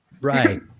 Right